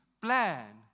plan